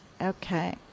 Okay